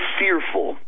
fearful